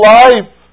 life